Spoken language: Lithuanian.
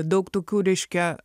daug tokių reiškia